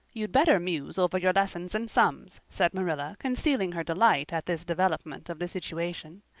you'd better muse over your lessons and sums, said marilla, concealing her delight at this development of the situation.